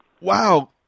wow